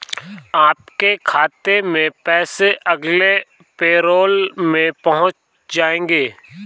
आपके खाते में पैसे अगले पैरोल में पहुँच जाएंगे